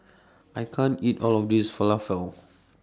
I can't eat All of This Falafel